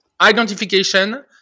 identification